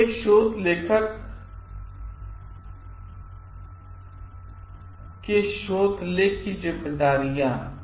फिर एक शोध लेख के एक लेखक की जिम्मेदारियां